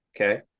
Okay